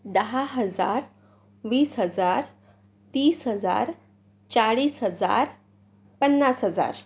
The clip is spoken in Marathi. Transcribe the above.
दहा हजार वीस हजार तीस हजार चाळीस हजार पन्नास हजार